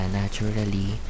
naturally